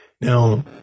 Now